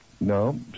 No